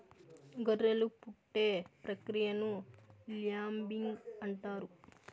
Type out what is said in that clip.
గొర్రెలు పుట్టే ప్రక్రియను ల్యాంబింగ్ అంటారు